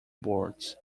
boards